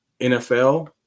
NFL